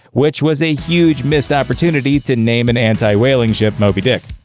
which was a huge missed opportunity to name an anti-whaling ship moby dick.